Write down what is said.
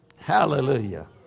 Hallelujah